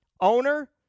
Owner